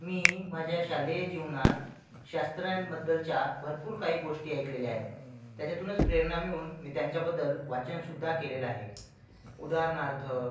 मी माझ्या शालेय जीवनात शास्त्र्यांबद्दलच्या भरपूर काही गोष्टी ऐकलेल्या आहे त्याच्यातूनच प्रेरणा मिळून मी त्यांच्याबद्दल वाचनसुद्धा केलेलं आहे उदाहरणार्थ